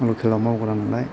लकेल आव मावग्रा नालाय